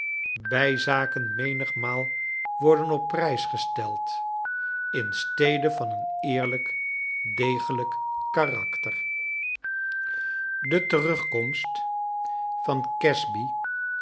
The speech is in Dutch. bfj zaken menigmaal worden op prijs gesteld in stede van een eerlfjk degeifjk karakter de terugkomst van casby